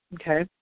okay